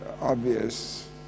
obvious